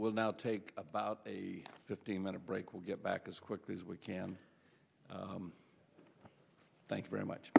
we'll now take about a fifteen minute break we'll get back as quickly as we can thanks very much